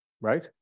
right